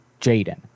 Jaden